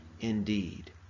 indeed